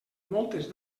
moltes